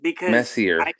Messier